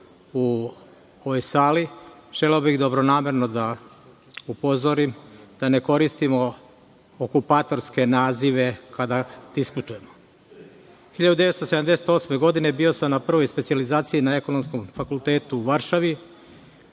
u ovoj sali, želeo bih dobronamerno da upozorim da ne koristimo okupatorske nazive kada diskutujemo. Godine 1978. godine bio sam na prvoj specijalizaciji na Ekonomskom fakultetu u Varšavi.